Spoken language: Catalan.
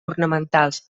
ornamentals